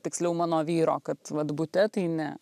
tiksliau mano vyro kad vat bute tai ne